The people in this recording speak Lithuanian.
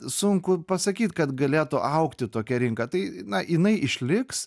sunku pasakyt kad galėtų augti tokia rinka tai na jinai išliks